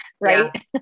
Right